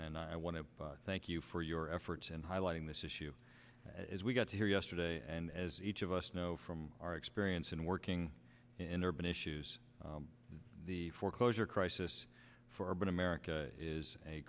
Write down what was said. and i want to thank you for your efforts in highlighting this issue as we got here yesterday and as each of us know from our experience in working in urban issues the foreclosure crisis for but america is a